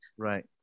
Right